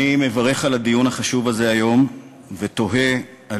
אני מברך על הדיון החשוב הזה היום ותוהה על